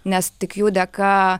nes tik jų dėka